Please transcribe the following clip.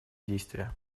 действия